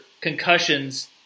concussions